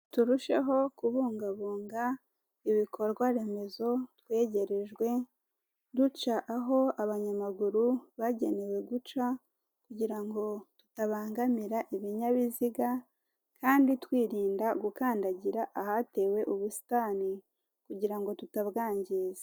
Turusheho kubungabunga ibikorwa remezo twegerejwe, duca aho abanyamaguru bagenewe guca kugira ngo tutabangamira ibinyabiziga kandi twirinda gukandagira ahatewe ubusitani kugira ngo tutabwangiza.